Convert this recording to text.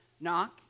knock